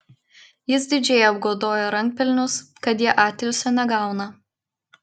jis didžiai apgodojo rankpelnius kad jie atilsio negauną